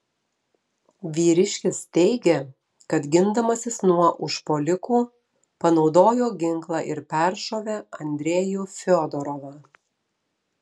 vyriškis teigė kad gindamasis nuo užpuolikų panaudojo ginklą ir peršovė andrejų fiodorovą